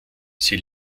sie